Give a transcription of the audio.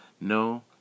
no